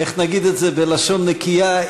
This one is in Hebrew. איך נגיד את זה בלשון נקייה,